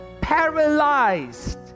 paralyzed